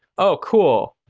oh cool.